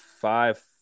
five